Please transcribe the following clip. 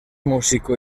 músico